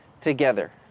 together